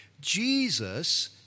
Jesus